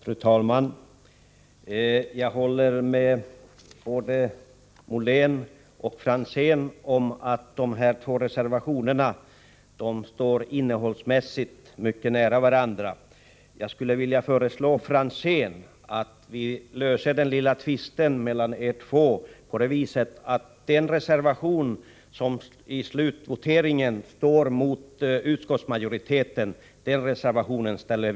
Fru talman! Jag håller med både Per-Richard Molén och Ivar Franzén om att dessa två reservationer innehållsmässigt står mycket nära varandra. Jag skulle vilja föreslå Ivar Franzén att vi löser den lilla tvisten mellan er två på det viset att vi ställer upp på den reservation som i slutvoteringen står mot utskottsmajoritetens förslag.